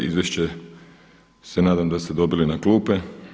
Izvješća se nadam da ste dobili na klupe.